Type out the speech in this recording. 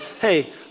hey